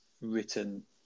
written